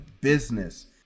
business